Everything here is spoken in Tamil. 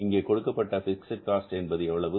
இங்கே கொடுக்கப்பட்ட பிக்ஸட் காஸ்ட் என்பது எவ்வளவு